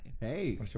Hey